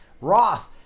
Roth